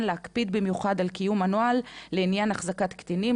להקפיד במיוחד על קיום הנוהל לעניין החזקת קטינים,